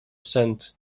sent